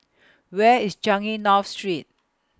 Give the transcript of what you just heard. Where IS Changi North Street